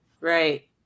right